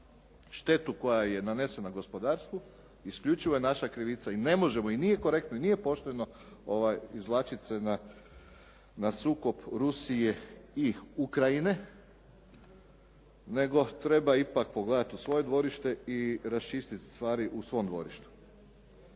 štetu koja je nanesena gospodarstvu isključivo je naša krivica i ne možemo i nije korektno i nije pošteno izvlačit se na sukob Rusije i Ukrajine, nego treba ipak pogledat u svoje dvorište i raščistit stvari u svom dvorištu.